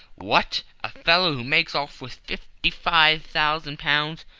what! a fellow who makes off with fifty-five thousand pounds,